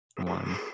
one